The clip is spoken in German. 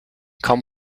kaum